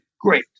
great